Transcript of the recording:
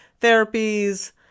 therapies